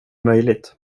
möjligt